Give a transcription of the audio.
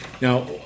Now